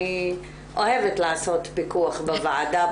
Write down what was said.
אני אוהבת לעשות פיקוח בוועדה,